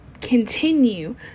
Continue